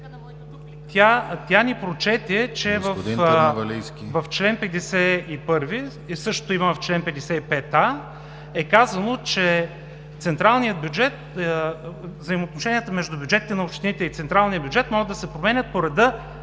Тя ни прочете, че в чл. 51, а същото го има и в чл. 55а – където е казано, че „взаимоотношението между бюджетите на общините и централния бюджет могат да се променят по реда